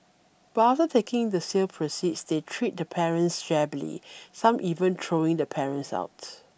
but after taking the sale proceeds they treat the parents shabbily some even throwing the parents out